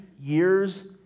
years